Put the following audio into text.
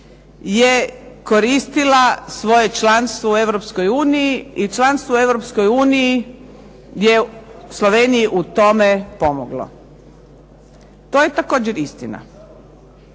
je koristila svoje članstvo u Europskoj uniji, i članstvo u Europskoj uniji je Sloveniji u tome pomoglo. To je također istina.